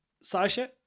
Sasha